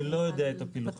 אני לא יודע את הפילוחים,